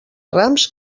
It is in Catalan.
rams